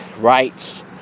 rights